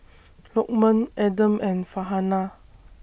Lokman Adam and Farhanah